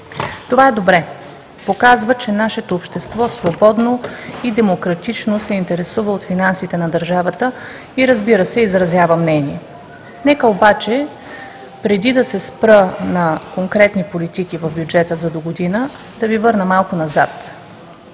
Това е добре, показва, че нашето общество свободно и демократично се интересува от финансите на държавата и, разбира се, изразява мнение. Нека обаче преди да се спра на конкретните политики на бюджета за догодина, да Ви върна малко назад